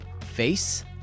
face